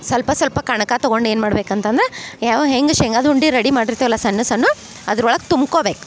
ಸ್ವಲ್ಪ ಸ್ವಲ್ಪ ಕಣಕ ತಗೊಂಡು ಏನು ಮಾಡ್ಬೇಕು ಅಂತಂದ್ರ ಯಾವ ಹೆಂಗೆ ಶೇಂಗದ ಉಂಡೆ ರೆಡಿ ಮಾಡಿರ್ತೆವಲ್ಲ ಸಣ್ಣ್ ಸನ್ನು ಅದ್ರ ಒಳಗೆ ತುಂಬ್ಕೊಬೇಕು